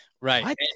Right